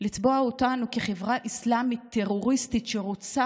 לצבוע אותנו כחברה אסלאמית טרוריסטית שרוצה,